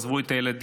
עזבו את הילדים.